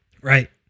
Right